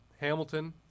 Hamilton